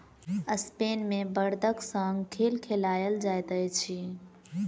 Spain मे बड़दक संग खेल खेलायल जाइत अछि